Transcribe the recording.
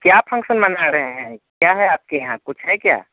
क्या फंक्सन मना रहे हैं क्या है आपके यहाँ कुछ है क्या